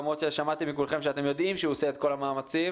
למרות ששמעתי מכולכם שאתם יודעים שהוא עושה את כל המאמצים.